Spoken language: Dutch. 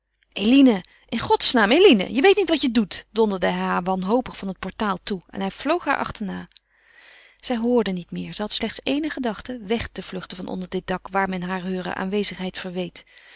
eline in godsnaam eline je weet niet wat je doet donderde hij haar wanhopig van het portaal toe en hij vloog haar achterna zij hoorde niet meer zij had slechts éene gedachte weg te vluchten van onder dit dak waar men haar heure aanwezigheid verweet